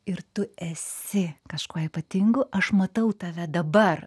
ir tu esi kažkuo ypatingu aš matau tave dabar